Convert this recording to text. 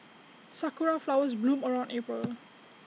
Sakura Flowers bloom around April